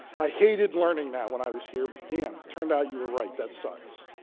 i hated learning that when i was here. but damn, it turned out you were right. that sucks.